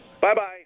Bye-bye